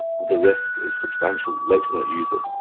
the risk is substantial, let's not use it.